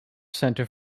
center